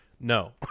No